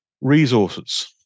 resources